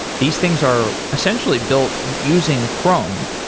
these things are essentially built using chrome.